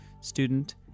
student